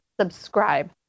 subscribe